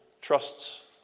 trusts